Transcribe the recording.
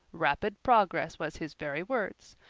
rapid progress was his very words.